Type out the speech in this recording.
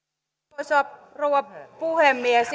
arvoisa rouva puhemies